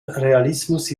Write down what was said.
realismus